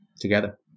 together